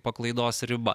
paklaidos riba